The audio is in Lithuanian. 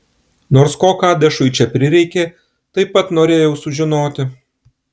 nors ko kadešui čia prireikė taip pat norėjau sužinoti